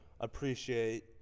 appreciate